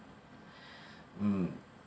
mm